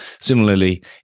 Similarly